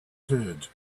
herd